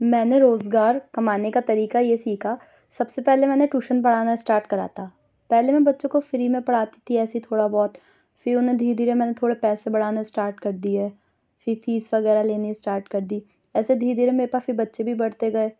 میں نے روزگار کمانے کا طریقہ یہ سیکھا سب سے پہلے میں نے ٹیوشن پڑھانا اسٹارٹ کرا تھا پہلے میں بچوں کو فری میں پڑھاتی تھی ایسے ہی تھوڑا بہت پھر اُنہیں دھیرے دھیرے میں نے تھوڑے پیسے بڑھانے اسٹارٹ کر دیے پھر فیس وغیرہ لینی اسٹارٹ کردی ایسے دھیرے دھیرے میرے پاس پھر بچے بھی بڑھتے گئے